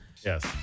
Yes